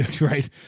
Right